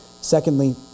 Secondly